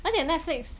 而且 Netflix